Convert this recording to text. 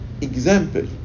example